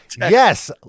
Yes